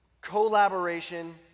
Collaboration